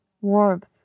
warmth